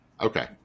Okay